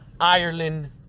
Ireland